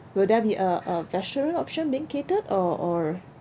will there be a a vegetarian option being catered or or